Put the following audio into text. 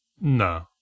No